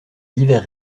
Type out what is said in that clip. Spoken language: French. divers